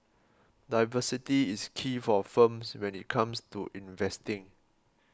diversity is key for firms when it comes to investing